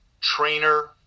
trainer